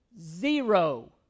zero